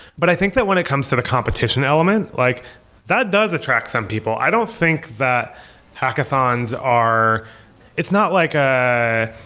but i think that when it comes to the competition element, like that does attract some people. i don't think that hackathons are it's not like a